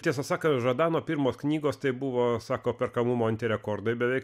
tiesą sakant žadano pirmos knygos tai buvo sako perkamumo antirekordai beveik